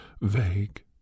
vague